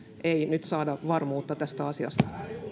ei nyt saada varmuutta tästä asiasta